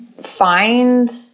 find